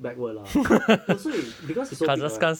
backward lah no 所以 because it's so big right